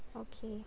okay